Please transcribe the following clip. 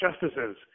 justices